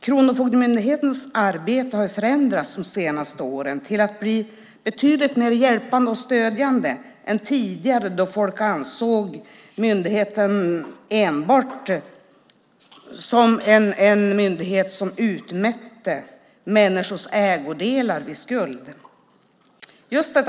Kronofogdemyndighetens arbete har förändrats de senaste åren till att bli betydligt mer hjälpande och stödjande än tidigare då folk enbart såg myndigheten som en myndighet som utmätte människors ägodelar vid skuld.